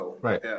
Right